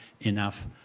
enough